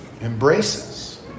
Embraces